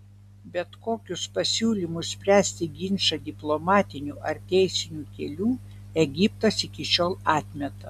bet kokius pasiūlymus spręsti ginčą diplomatiniu ar teisiniu keliu egiptas iki šiol atmeta